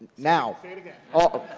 now. say it again. ah